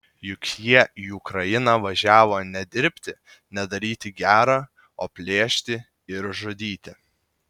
juk jie į ukrainą važiavo ne dirbti ne daryti gera o plėšti ir žudyti